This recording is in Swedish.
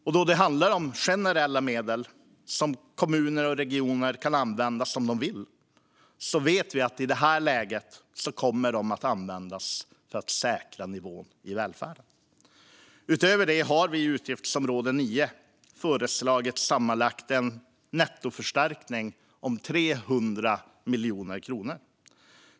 Eftersom det handlar om generella medel som kommuner och regioner kan använda som de vill vet vi att medlen i det här läget kommer att användas för att säkra nivån i välfärden. Utöver det har vi inom utgiftsområde 9 föreslagit en sammanlagd nettoförstärkning om 300 miljoner kronor.